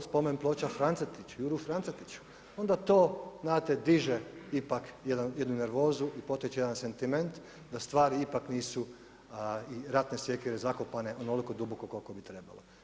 spomen ploče Francetiču, Juri Francetiču, onda to znate diže ipak jednu nervozu i potiče jedan sentiment, da stvari ipak nisu ratne sjekire zakopane onoliko duboko koliko bi trebalo biti.